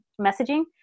messaging